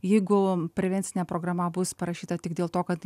jeigu prevencinė programa bus parašyta tik dėl to kad